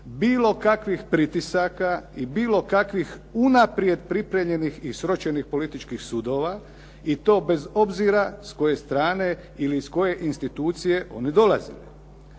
bilo kavi pritisaka i bilo kakvih unaprijed pripremljenih i sročenih političkih sudova i to bez obzira s koje strane ili iz koje institucije one dolazili.